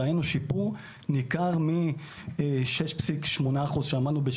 ראינו שיפור ניכר מ-6.8% שעמדנו עליהם